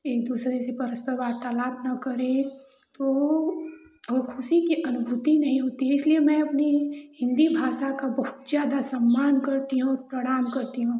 एक दूसरे से पर्सनल वार्तालाप न करें तो वह खुशी के अनुभूति नहीं होती इसलिए मैं अपने हिन्दी भाषा का बहुत ज़्यादा सम्मान करती हूँ प्रणाम करती हूँ